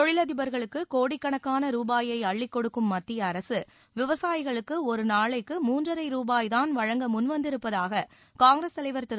தொழிலதிபர்களுக்கு கோடிக்கணக்கான ரூபாயை அள்ளிக்கொடுக்கும் விவசாயிகளுக்கு ஒரு நாளைக்கு மூன்றரை ரூபாய் தான் வழங்க முன்வந்திருப்பதாக காங்கிரஸ் தலைவர் திரு